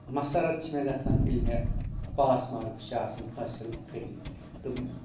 مَصَرَت چھِ مےٚ گژھَان ییٚلہِ مےٚ پاس مارکٕس چھِ آسَان حٲصِل کٔرمٕتۍ تہٕ